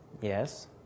Yes